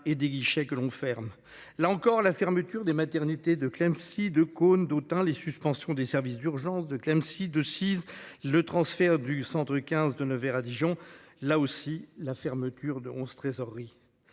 et des guichets que l'on ferme là encore la fermeture des maternités de Clamecy de conne d'autant les suspensions des services d'urgence de Clamecy Decize le transfert du Centre U15 de Nevers à Dijon là aussi la fermeture de 11 trésoreries